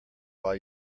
while